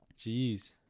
Jeez